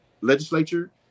legislature